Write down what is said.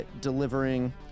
delivering